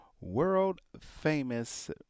world-famous